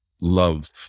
love